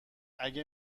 اگه